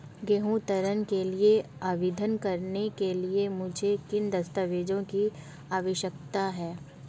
गृह ऋण के लिए आवेदन करने के लिए मुझे किन दस्तावेज़ों की आवश्यकता है?